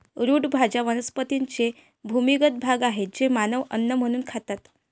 route भाज्या वनस्पतींचे भूमिगत भाग आहेत जे मानव अन्न म्हणून खातात